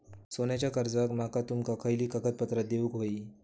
सोन्याच्या कर्जाक माका तुमका खयली कागदपत्रा देऊक व्हयी?